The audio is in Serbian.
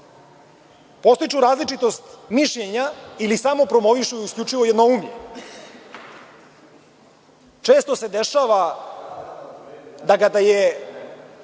podstiču različitost mišljenja ili samo promovišu isključivo jednoumlje? Često se dešava da kada je